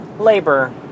Labor